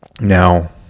Now